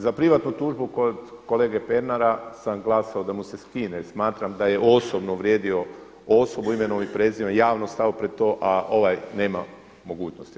Za privatnu tužbu kod kolege Pernara sam glasao da mu se skine jer smatram da je osobno uvrijedio osobu imenom i prezimenom, javno stao pred to, a ovaj nema mogućnosti.